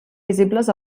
visibles